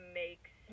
makes